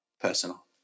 personal